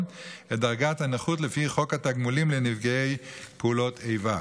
את דרגת הנכות לפי חוק התגמולים לנפגעי פעולות איבה.